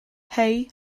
hei